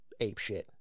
apeshit